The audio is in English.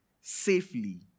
safely